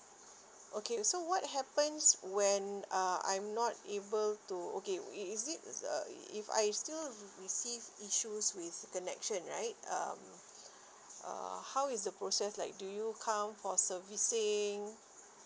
okay so what happens when uh I'm not able to okay i~ is it a if I still receive issues with connection right um uh how is the process like do you come for servicing